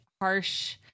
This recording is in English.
harsh